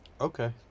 Okay